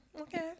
Okay